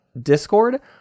discord